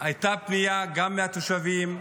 הייתה פנייה גם מהתושבים,